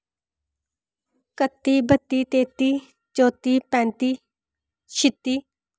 कत्ती बत्ती तेत्ती चौत्ती पैंत्ती शित्ती